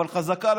אבל חזקה,